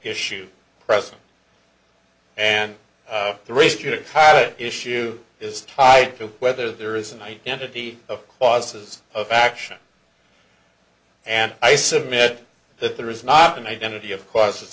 issue present and the race to issue is tied to whether there is an identity of causes of action and i submit that there is not an identity of cause